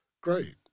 great